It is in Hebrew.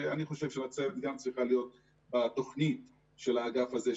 ואני חושב שגם נצרת צריכה להיות בתוכנית של האגף הזה,